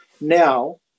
now